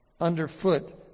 underfoot